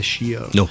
no